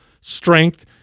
strength